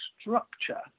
structure